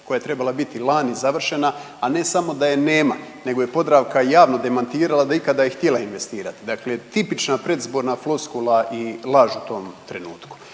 koja je trebala biti lani završena, a ne samo da je nema nego je Podravka javno demantirala da je ikada i htjela investirati. Dakle, tipična predizborna floskula i laž u tom trenutku.